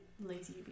Lazy